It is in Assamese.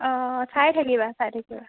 অঁ চাই থাকিবা চাই থাকিবা